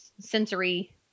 sensory